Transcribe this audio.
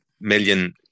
million